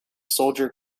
soldier